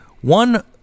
One